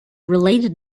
related